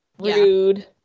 rude